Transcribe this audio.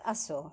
আছোঁ